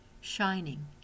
shining